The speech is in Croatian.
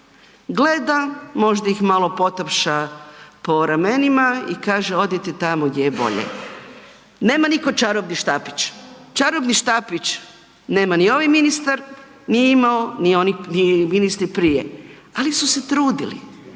Gleda, možda ih malo potapša po ramenima i kaže odite tamo gdje je bolje. Nema nitko čarobni štapić, čarobni štapić nema ni ovaj ministar, nije imao ni oni ministri prije, ali su se trudili,